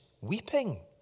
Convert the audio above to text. weeping